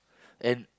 and